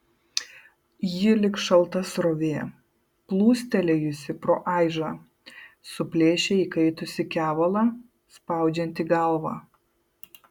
ji lyg šalta srovė plūstelėjusi pro aižą suplėšė įkaitusį kevalą spaudžiantį galvą